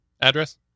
address